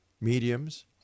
mediums